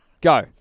Go